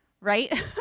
right